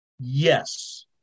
yes